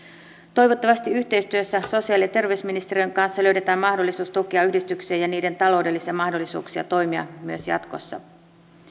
toivottavasti yhteistyössä sosiaali ja terveysministeriön kanssa löydetään mahdollisuus tukea yhdistyksiä ja niiden taloudellisia mahdollisuuksia toimia myös jatkossa